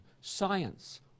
science